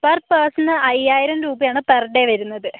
per person അയ്യായിരം രൂപയാണ് per day വരുന്നത്